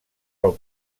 pel